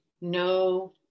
no